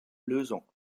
lösung